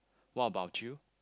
what about you